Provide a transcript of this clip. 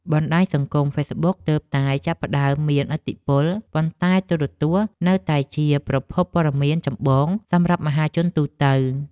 បណ្តាញសង្គមហ្វេសប៊ុកទើបតែចាប់ផ្តើមមានឥទ្ធិពល ប៉ុន្តែទូរទស្សន៍នៅតែជាប្រភពព័ត៌មានចម្បងសម្រាប់មហាជនទូទៅ។